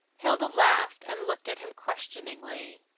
hilda laughed and looked at him questioningly.